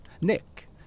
Nick